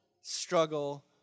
struggle